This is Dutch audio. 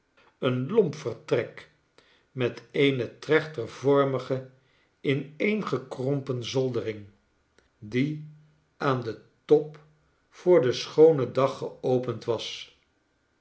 een lomp vertrek met eene trechtervormige in eengekrompen zoldering die aan den top voor den schoonen dag geopend was